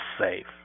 safe